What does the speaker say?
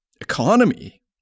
economy